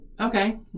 Okay